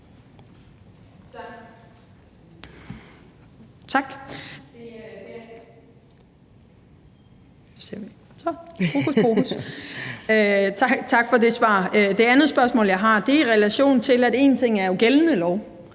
Tak for det svar. Det andet spørgsmål, jeg har, er relateret til, at én ting jo er gældende lov,